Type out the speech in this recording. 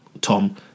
Tom